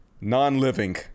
non-living